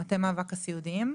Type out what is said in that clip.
אני ממטה מאבק הסיעודיים.